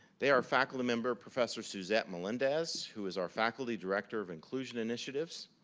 they are faculty member professor suzette melendez, who is our faculty director of inclusion initiatives.